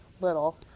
little